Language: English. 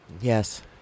yes